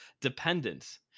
dependence